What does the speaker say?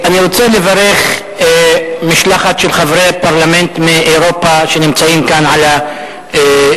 אני רוצה לברך משלחת של חברי פרלמנט מאירופה שנמצאת כאן ביציע.